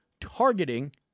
Targeting